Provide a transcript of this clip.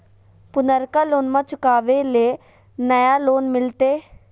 पुर्नका लोनमा चुकाबे ले नया लोन मिलते?